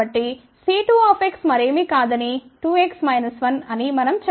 కాబట్టి C2x మరేమి కాదని 2x 1 అని మనం చెప్పగలం